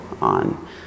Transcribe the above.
on